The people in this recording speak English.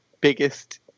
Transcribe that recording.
biggest